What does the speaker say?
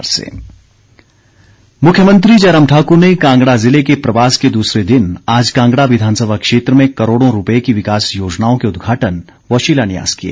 मुख्यमंत्री मुख्यमंत्री जयराम ठाकुर ने कांगड़ा ज़िले के प्रवास के दूसरे दिन आज कांगड़ा विधानसभा क्षेत्र में करोड़ों रूप्ये की विकास योजनाओं के उद्घाटन व शिलान्यास किए